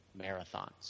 marathons